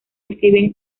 exhiben